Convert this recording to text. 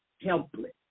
helpless